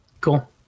cool